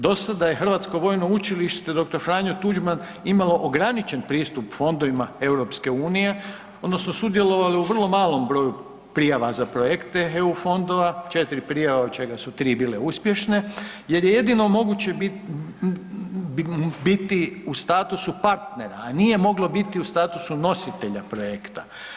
Dosta da je Hrvatsko vojno učilište dr. Franjo Tuđman imalo ograničen pristup fondovima EU, odnosno sudjelovalo je u vrlo malom broju prijava za projekte EU fondova, 4 prijave od čega su 3 bile uspješne, jer je jedino moguće .../nerazumljivo/... biti u statusu partnera, a nije moglo biti u statusu nositelja projekta.